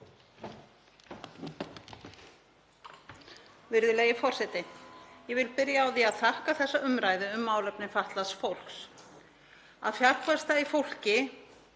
Virðulegi forseti. Ég vil byrja á því að þakka fyrir þessa umræðu um málefni fatlaðs fólks. Að fjárfesta í fólki